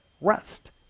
Rest